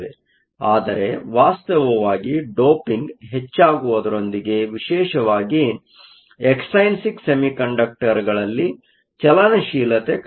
ಆದರೆ ವಾಸ್ತವವಾಗಿ ಡೋಪಿಂಗ್ ಹೆಚ್ಚಾಗುವುದರೊಂದಿಗೆ ವಿಶೇಷವಾಗಿ ಎಕ್ಸ್ಟ್ರೈನ್ಸಿಕ್ ಸೆಮಿಕಂಡಕ್ಟರ್ಗಳಲ್ಲಿ ಚಲನಶೀಲತೆ ಕಡಿಮೆಯಾಗುತ್ತದೆ